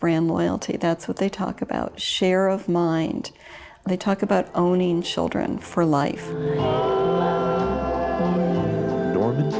brand loyalty that's what they talk about share of mind they talk about owning children for life